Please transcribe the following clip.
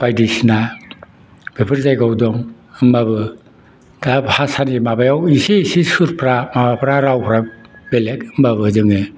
बायदिसिना बेफोर जायगायाव दं होमब्लाबो दा भासानि माबायाव एसे एसे सुरफ्रा माबाफ्रा रावफ्रा बेलेग होमब्लाबो जोङो